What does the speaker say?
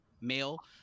male